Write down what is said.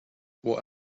what